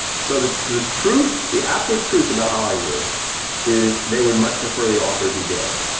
so the the truth, the absolute truth about hollywood is they would much prefer the author be dead.